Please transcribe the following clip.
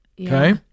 Okay